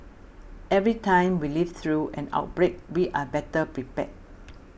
every time we live through an outbreak we are better prepared